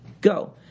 Go